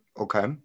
Okay